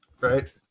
right